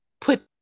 put